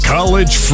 College